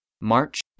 March